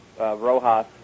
Rojas